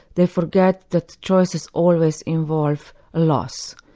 they forget that choices always involve loss.